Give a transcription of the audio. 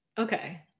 Okay